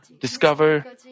discover